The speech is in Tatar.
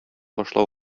башлау